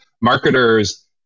marketers